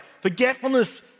forgetfulness